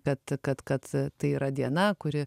kad kad kad tai yra diena kuri